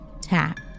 Tap